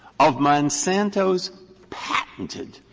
of monsanto's patented